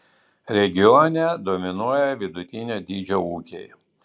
regione dominuoja vidutinio dydžio ūkiai